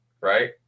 right